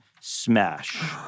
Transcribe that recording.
smash